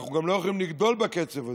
אנחנו גם לא יכולים לגדול בקצב הזה,